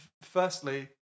Firstly